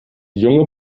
junge